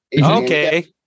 Okay